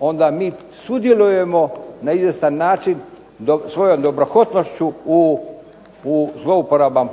onda mi sudjelujemo na izvjestan način svojom dobrohotnošću u zlouporabama